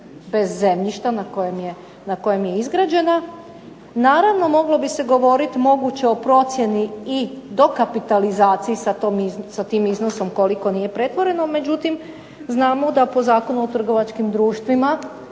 bez zemljišta na kojem je izgrađena. Naravno moglo bi se govorit moguće o procjeni i dokapitalizaciji sa tim iznosom koliko nije pretvoreno, međutim znamo da po Zakonu o trgovačkim društvima